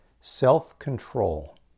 self-control